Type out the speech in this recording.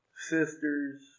sisters